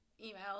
email